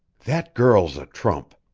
that girl's a trump.